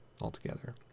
altogether